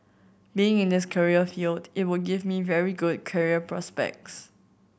being in this career field it would give me very good career prospects